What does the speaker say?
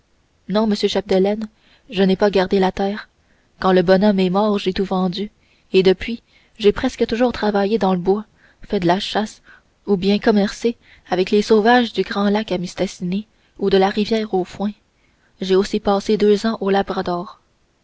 non monsieur chapdelaine je n'ai pas gardé la terre quand le bonhomme est mort j'ai tout vendu et depuis j'ai presque toujours travaillé dans le bois fait la chasse ou bien commercé avec les sauvages du grand lac à mistassini ou de la rivière aux foins j'ai aussi passé deux ans au labrador